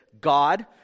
God